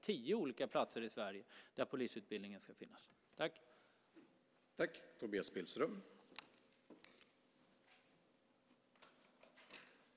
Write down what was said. Eller polisutbildningen kanske ska finnas på tio olika platser i Sverige.